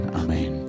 amen